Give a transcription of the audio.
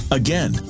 again